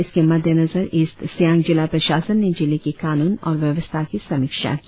इसके मद्देनजर ईस्ट सियांग़ जिला प्रशासन ने जिले के कानून और व्यवस्था की समीक्षा की